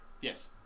Yes